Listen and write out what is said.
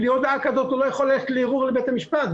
בלי הודעה כזאת הוא לא יכול ללכת לערעור לבית המשפט,